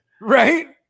Right